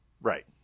Right